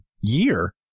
year